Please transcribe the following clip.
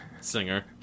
singer